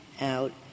out